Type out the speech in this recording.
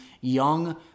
young